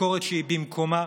שהיא במקומה,